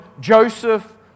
Joseph